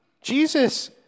Jesus